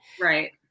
right